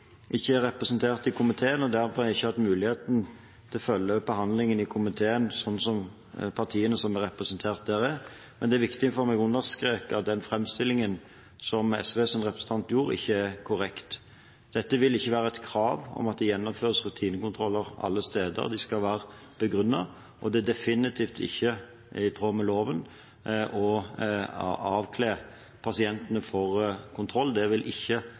ikke er representert i komiteen og derfor ikke har hatt muligheten til å følge behandlingen i komiteen slik som partiene som er representert der. Men det er viktig for meg å understreke at framstillingen til SVs representant ikke er korrekt. Det vil ikke være et krav å måtte gjennomføre rutinekontroller alle steder. De skal være begrunnet, og det er definitivt ikke i tråd med loven å kle av pasientene for kontroll. Det vil ikke